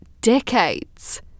decades